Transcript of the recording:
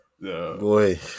Boy